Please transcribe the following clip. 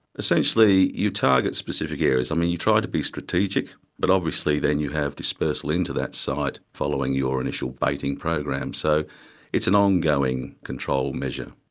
essentially, you target specific areas, um and you try to be strategic but obviously then you have dispersal into that site following your initial baiting program. so it's an on-going control measure.